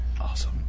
Awesome